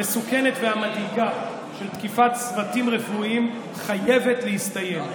המסוכנת והמדאיגה של תקיפת צוותים רפואיים חייבת להסתיים.